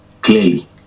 clearly